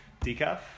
Decaf